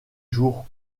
jour